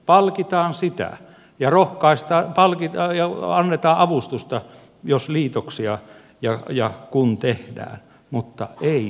palkitaan sitä ja annetaan avustusta jos ja kun liitoksia tehdään mutta ei pakolla